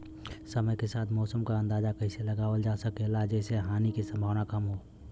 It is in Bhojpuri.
समय के साथ मौसम क अंदाजा कइसे लगावल जा सकेला जेसे हानि के सम्भावना कम हो?